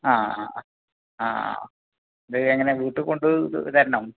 ആ ആ ആ ആ ആ ഇത് എങ്ങനെ വീട്ടിക്കൊണ്ട് തരണം